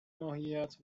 ماهیت